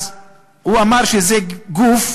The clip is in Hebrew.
אז הוא אמר שזה גוף